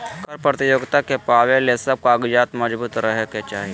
कर प्रतियोगिता के पावे ले सब कागजात मजबूत रहे के चाही